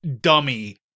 dummy